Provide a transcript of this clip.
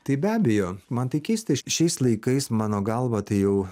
tai be abejo man tai keista šiais laikais mano galva tai jau